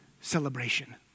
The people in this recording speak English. celebration